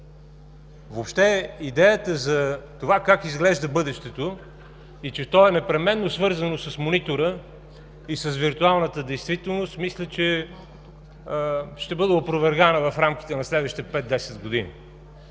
Въобще идеята за това как изглежда бъдещето и че то е непременно свързано с монитора и с виртуалната действителност, мисля, ще бъде опровергана в рамките на следващите 5 – 10 години.